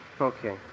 Okay